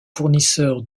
fournisseurs